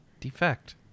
Defect